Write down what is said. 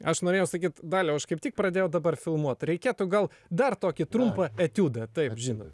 aš norėjau sakyt daliau aš kaip tik pradėjau dabar filmuot reikėtų gal dar tokį trumpą etiudą taip žinot